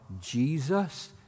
Jesus